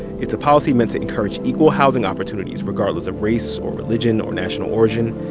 it's a policy meant to encourage equal housing opportunities regardless of race, or religion or national origin.